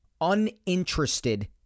uninterested